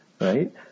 right